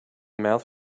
mouth